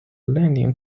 landing